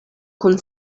kun